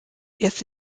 erst